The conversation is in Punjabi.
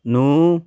ਨੂੰ